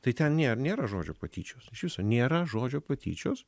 tai ten nėr nėra žodžio patyčios iš viso nėra žodžio patyčios